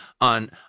on